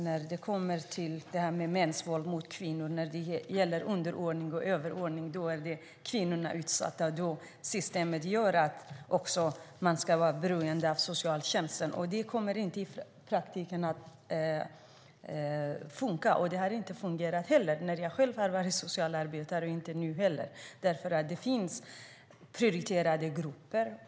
När det kommer till detta med mäns våld mot kvinnor, när det gäller underordning och överordning, är kvinnorna utsatta. Då gör systemet att man ska vara beroende av socialtjänsten. Det kommer inte att fungera i praktiken. Det har inte heller fungerat, inte när jag själv var socialarbetare och inte nu. Det finns prioriterade grupper.